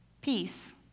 peace